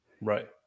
Right